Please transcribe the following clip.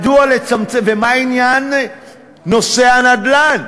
ומה עניין נושא הנדל"ן?